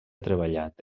treballat